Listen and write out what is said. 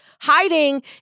hiding